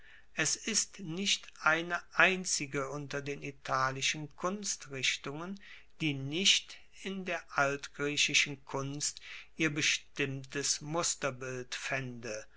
es ist nicht eine einzige unter den italischen kunstrichtungen die nicht in der altgriechischen kunst ihr bestimmtes musterbild faende